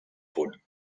punt